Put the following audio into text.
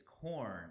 corn